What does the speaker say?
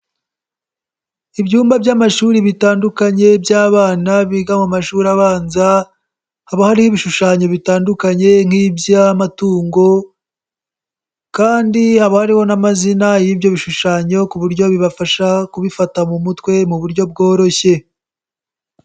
Ibyumba by'amashuri bitandukanye by'abana biga mu mashuri abanza haba hariho ibishushanyo bitandukanye nk'iby'amatungo kandi haba hariho n'amazina y'ibyo bishushanyo ku buryo bibafasha kubifata mu mutwe mu buryo bworoshye.